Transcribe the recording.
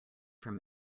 from